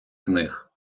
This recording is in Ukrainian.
книг